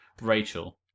Rachel